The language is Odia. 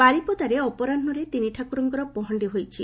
ବାରିପଦାରେ ଅପରାହୁରେ ତିନିଠାକୁରଙ୍କ ପହଣ୍ତି ହୋଇଛି